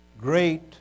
great